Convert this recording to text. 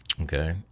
Okay